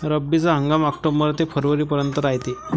रब्बीचा हंगाम आक्टोबर ते फरवरीपर्यंत रायते